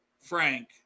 Frank